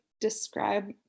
describe